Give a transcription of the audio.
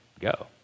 Go